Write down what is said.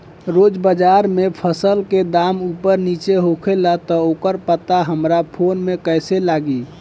रोज़ बाज़ार मे फसल के दाम ऊपर नीचे होखेला त ओकर पता हमरा फोन मे कैसे लागी?